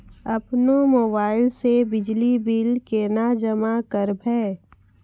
अपनो मोबाइल से बिजली बिल केना जमा करभै?